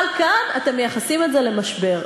אבל כאן אתם מייחסים את זה למשבר.